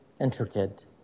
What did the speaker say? intricate